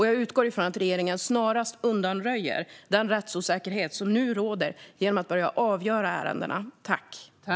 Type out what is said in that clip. Jag utgår från att regeringen snarast undanröjer den rättsosäkerhet som nu råder genom att börja avgöra ärendena.